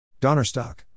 Donnerstock